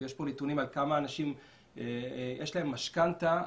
יש פה נתונים לכמה אנשים יש משכנתה,